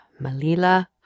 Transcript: malila